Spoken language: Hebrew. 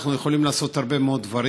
אנחנו יכולים לעשות הרבה מאוד דברים.